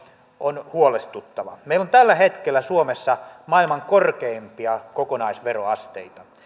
on huolestuttavaa meillä on tällä hetkellä suomessa maailman korkeimpia kokonaisveroasteita